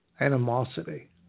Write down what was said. Animosity